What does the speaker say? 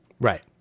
Right